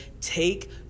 take